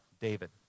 David